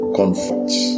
comforts